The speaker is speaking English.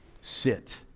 Sit